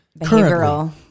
behavioral